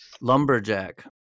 lumberjack